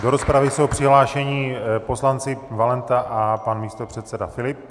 Do rozpravy jsou přihlášeni poslanci Valenta a pan místopředseda Filip.